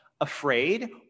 afraid